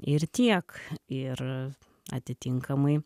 ir tiek ir atitinkamai